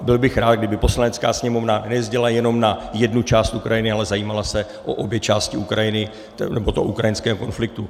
Byl bych rád, kdyby Poslanecká sněmovna nejezdila jenom na jednu část Ukrajiny, ale zajímala se o obě části Ukrajiny, nebo toho ukrajinského konfliktu.